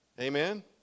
Amen